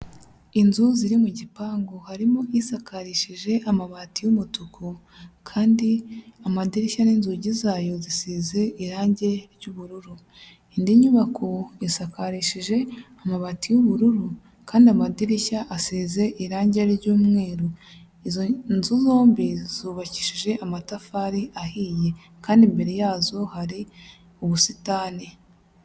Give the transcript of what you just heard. Inzu ziri mu gipangu harimo isakarishije amabati y'umutuku kandi amadirishya n'inzugi zayo zisize irangi ry'ubururu indi nyubako yasakarishije amabati y'ubururu kandi amadirishya asize irangi ry'umweru izo nzu zombi zubakishije amatafari ahiye kandi imbere yazo hari ubusitani.